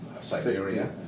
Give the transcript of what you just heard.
Siberia